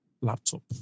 laptop